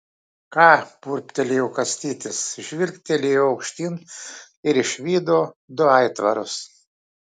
ką burbtelėjo kastytis žvilgtelėjo aukštyn ir išvydo du aitvarus